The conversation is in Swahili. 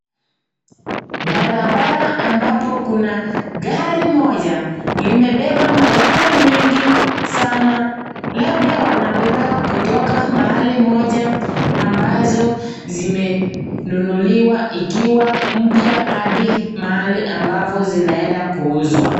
Barabara ambapo kuna gari moja limebeba magari mengi sana labda wanabebea kutoka mahali moja ambazo zimenunuliwa ikiwa mpya hadi mahali ambapo inaenda kuswa.